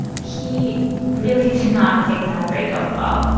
he really did not take that breakup well,